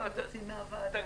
מה אתם רוצים מהוועדה?